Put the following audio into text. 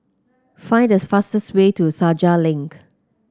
find these fastest way to Senja Link